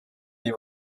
die